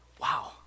Wow